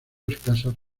escasas